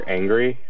angry